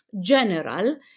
general